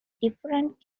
different